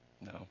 No